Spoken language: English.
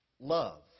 love